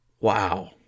wow